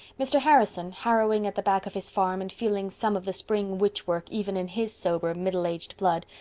mr. harrison, harrowing at the back of his farm and feeling some of the spring witch-work even in his sober, middle-aged blood,